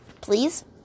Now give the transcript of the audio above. please